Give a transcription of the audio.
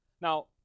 Now